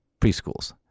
preschools